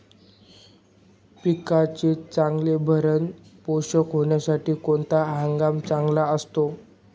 पिकाचे चांगले भरण पोषण होण्यासाठी कोणता हंगाम चांगला असतो?